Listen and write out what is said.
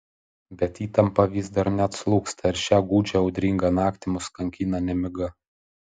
bet įtampa vis dar neatslūgsta ir šią gūdžią audringą naktį mus kankina nemiga